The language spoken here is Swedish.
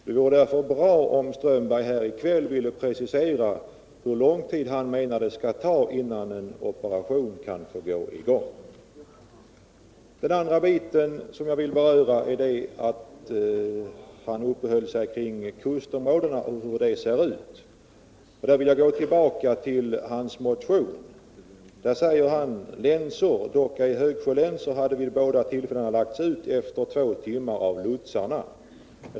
Det vore därför bra om herr Strömberg här i kväll ville precisera hur lång tid han menar att det skall ta innan en operation går i gång. Den andra biten som jag vill beröra är att herr Strömberg uppehöll sig vid kustområdena och hur de ser ut. Jag vill då gå tillbaka till motionen där det står: ”Länsor — dock ej högsjölänsor — hade vid båda tillfällena lagts ut efter två timmar av lotsarna.